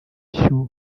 ishyo